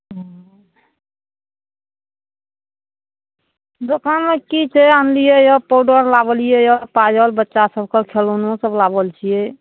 हँ दोकानमे कि छै आनलिए यऽ पाउडर लाबलिए यऽ पायल बच्चा सभके खेलौनो सब लाबल छिए